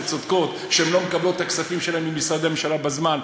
שצודקות שהן לא מקבלות את הכספים שלהן ממשרדי הממשלה בזמן,